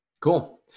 Cool